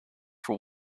for